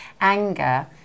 anger